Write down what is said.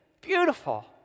Beautiful